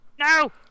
No